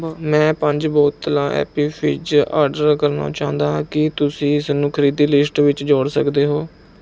ਮੈਂ ਪੰਜ ਬੋਤਲਾਂ ਐਪੀ ਫਿਜ਼ ਆਰਡਰ ਕਰਨਾ ਚਾਉਂਦਾ ਹਾਂ ਕੀ ਤੁਸੀਂ ਇਸਨੂੰ ਖਰੀਦੀ ਲਿਸਟ ਵਿੱਚ ਜੋੜ ਸਕਦੇ ਹੋ